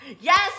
yes